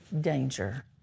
danger